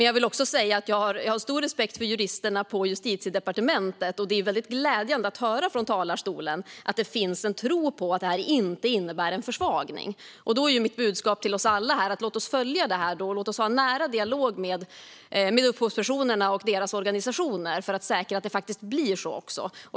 Jag har dock stor respekt för juristerna på Justitiedepartementet, och det är väldigt glädjande att höra från talarstolen att det finns en tro på att detta inte innebär en försvagning. Då är mitt budskap till oss alla här: Låt oss följa detta och ha en nära dialog med upphovspersonerna och deras organisationer för att säkra att det faktiskt blir så.